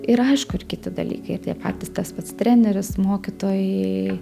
ir aišku ir kiti dalykai ir tie patys tas pats treneris mokytojai